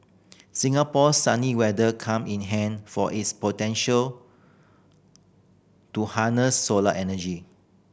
Singapore's sunny weather come in handy for its potential to harness solar energy